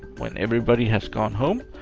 when everybody has gone home.